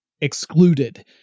excluded